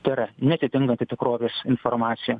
tai yra neatitinka tikrovės informacija